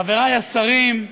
חברי השרים,